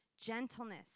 Gentleness